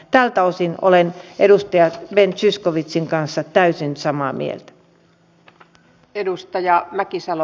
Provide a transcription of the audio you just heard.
tältä osin olen edustaja ben zyskowiczin kanssa täysin samaa mieltä